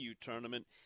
Tournament